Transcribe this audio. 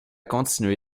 continué